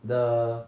the